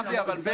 אבל.